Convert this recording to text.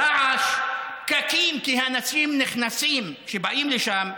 רעש, פקקים, כי אנשים נכנסים, כשבאים לשם הלקוחות,